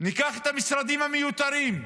ניקח את המשרדים המיותרים,